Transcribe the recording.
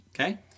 Okay